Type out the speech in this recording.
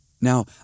Now